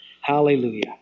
Hallelujah